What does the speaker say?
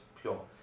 pure